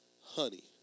honey